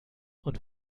und